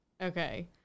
Okay